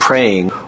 praying